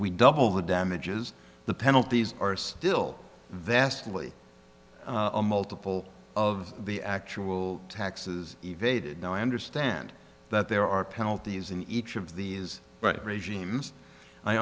we double the damages the penalties are still vastly a multiple of the actual taxes evade now i understand that there are penalties in each of these but regimes i